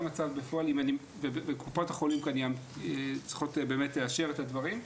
קופות החולים צריכות לאשר את הדברים.